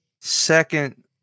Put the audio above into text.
second